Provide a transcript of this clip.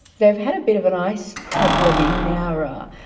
they've had a bit of an ice problem in nowra.